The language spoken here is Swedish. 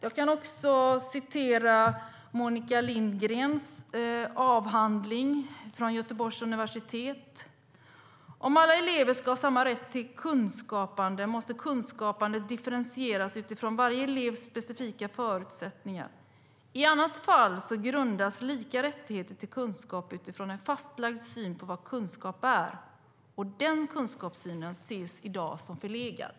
Låt mig citera Monica Lindgrens avhandling från Göteborgs universitet. "Om alla elever ska ha samma rätt till kunskapande måste kunskapandet differentieras utifrån varje elevs specifika förutsättningar. I annat fall grundas lika rättigheter till kunskap utifrån en fastlagd syn på vad kunskap är och den kunskapssynen ses idag som förlegad."